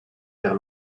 vers